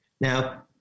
Now